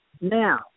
Now